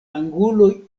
anguloj